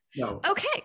Okay